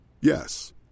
Yes